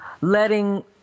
letting